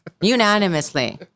unanimously